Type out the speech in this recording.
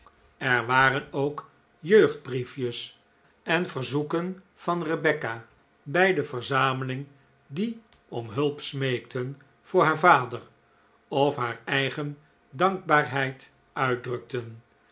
er waren ook jeugdbrief jes en verzoeken van rebecca bij de verzameling die om hulp smeekten voor haar vader of haar eigen dankbaarheid uitdrukten